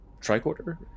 tricorder